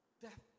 death